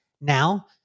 Now